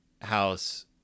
house